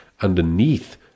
underneath